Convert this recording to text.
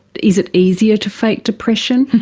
is it easier to fake depression?